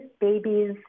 babies